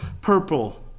purple